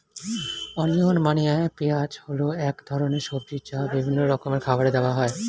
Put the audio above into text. onion মানে পেঁয়াজ হল এক ধরনের সবজি যা বিভিন্ন রকমের খাবারে দেওয়া হয়